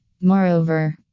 Moreover